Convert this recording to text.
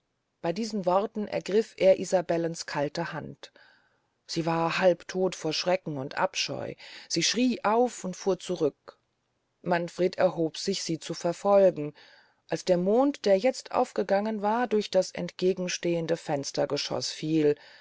bey diesen worten ergrif er isabellens kalte hand sie war halbtod vor schrecken und abscheu sie schrie auf und fuhr zurück manfred erhob sich sie zu verfolgen als der mond der jetzt aufgegangen war und durch das entgegenstehende fenstergeschoß fiel